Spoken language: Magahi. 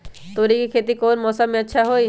तोड़ी के खेती कौन मौसम में अच्छा होई?